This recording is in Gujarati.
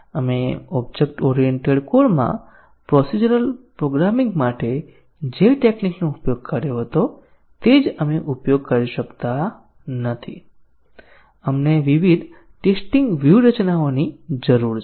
આપણે ઓબ્જેક્ટ ઓરિએન્ટેડ કોડમાં પ્રોસિજરલ પ્રોગ્રામિંગ માટે જે ટેક્નિકનો ઉપયોગ કર્યો હતો તે જ આપણે ઉપયોગ કરી શકતા નથી આપણને વિવિધ ટેસ્ટીંગ વ્યૂહરચનાઓની જરૂર છે